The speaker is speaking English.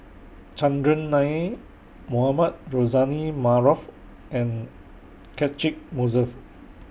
Chandran Nair Mohamed Rozani Maarof and Catchick Moses